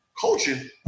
coaching